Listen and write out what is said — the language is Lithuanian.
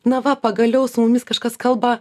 na va pagaliau su mumis kažkas kalba